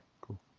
cool